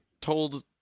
told